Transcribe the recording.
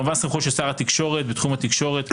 כמובן סמכויות שר התקשורת בתחום התקשורת,